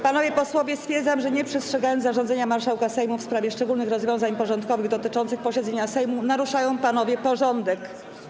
Panowie posłowie, stwierdzam, że nie przestrzegają panowie zarządzenia marszałka Sejmu w sprawie szczególnych rozwiązań porządkowych dotyczących posiedzenia Sejmu, naruszają panowie porządek.